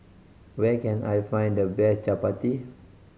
where can I find the best Chapati